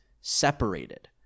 separated